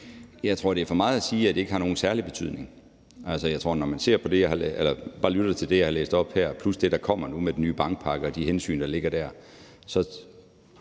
Jeg tror, det er for meget at sige, at det ikke har nogen særlig betydning. Altså, når man lytter til det, jeg har læst op her, plus det, der kommer nu med den nye bankpakke og de hensyn, der ligger der –